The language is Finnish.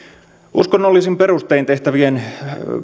uskonnollisin perustein tehtävien